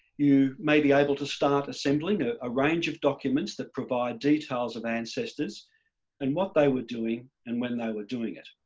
you may be able to start assembling a ah range of documents that provide details of ancestors and what they were doing and when they were doing it,